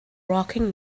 walking